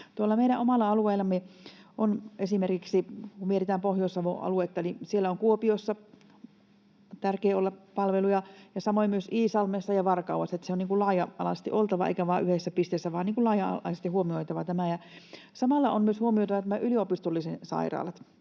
omalla alueellamme esimerkiksi, kun mietitään Pohjois-Savon aluetta, on tärkeää Kuopiossa olla palveluja ja samoin myös Iisalmessa ja Varkaudessa. Siellä on laaja-alaisesti oltava eikä vain yhdessä pisteessä, laaja-alaisesti on huomioitava tämä. Samalla on myös huomioitava yliopistolliset sairaalat.